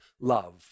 love